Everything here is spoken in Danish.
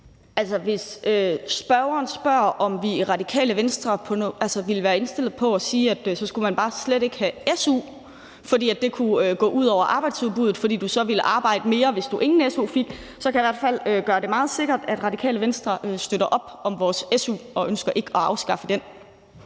hvis spørgeren spørger, om vi i Radikale Venstre ville være indstillet på at sige, at så skulle man bare slet ikke have su, fordi su'en kunne gå ud over arbejdsudbuddet, og fordi du så ville arbejde mere, hvis du ingen su fik, så kan jeg i hvert fald sige meget klart, at Radikale Venstre støtter op om vores su og ikke ønsker at afskaffe den.